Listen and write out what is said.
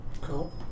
Cool